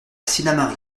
sinnamary